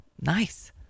nice